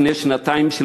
לפני שנתיים,